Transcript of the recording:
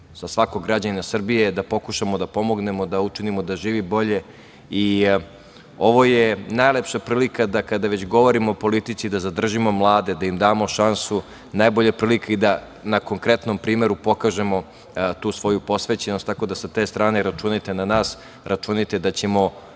Za svakog građanina Srbije je da pokušamo da pomognemo da učinimo da živi bolje. Ovo je najlepša prilika da kada već govorimo o politici, da zadržimo mlade, da im damo šansu, najbolja prilika i da na konkretnom primeru pokažemo tu svoju posvećenost. Tako da, sa te strane računajte na nas, računajte da ćemo,